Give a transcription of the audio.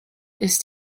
ist